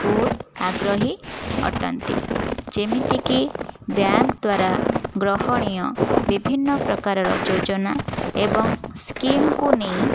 ବହୁତ ଆଗ୍ରହୀ ଅଟନ୍ତି ଯେମିତିକି ବ୍ୟାଙ୍କ୍ଦ୍ଵାରା ଗ୍ରହଣୀୟ ବିଭିନ୍ନ ପ୍ରକାରର ଯୋଜନା ଏବଂ ସ୍କିମ୍କୁ ନେଇ